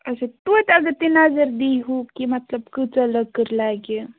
اچھا تویتہِ اگر تُہۍ نَظر دیٖہوٗ کہِ مطلب کۭژاہ لٔکٕر لَگہِ